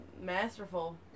masterful